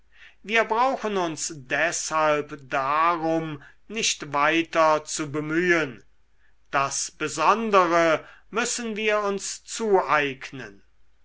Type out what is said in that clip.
wir brauchen uns deshalb darum nicht weiter zu bemühen das besondere müssen wir uns zueignen